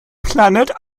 planet